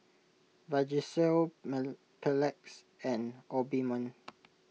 Vagisil Mepilex and Obimin